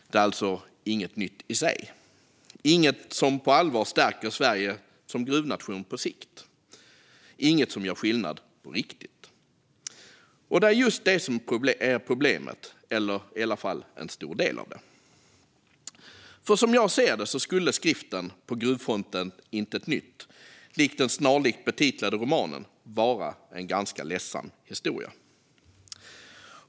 Det var alltså inget nytt i sig - inget som på allvar stärker Sverige som gruvnation på sikt och inget som gör skillnad på riktigt. Det är just det som är problemet, eller i alla fall en stor del av det, för som jag ser det skulle skriften På gruvfronten intet nytt likt den snarlikt betitlade romanen vara en ganska ledsam historia.